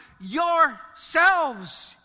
yourselves